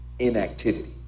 inactivity